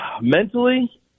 mentally